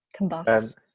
combust